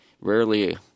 Rarely